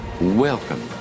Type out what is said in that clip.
Welcome